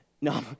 No